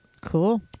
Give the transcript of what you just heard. Cool